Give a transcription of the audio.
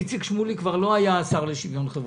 איציק שמולי כבר לא היה השר לשוויון חברתי,